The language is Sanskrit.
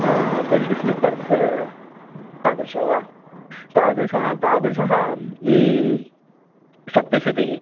बेल्ट् स्लिप्पर्स् तादृशो वा तादृश तादृशः सप्तशतिः